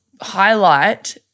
highlight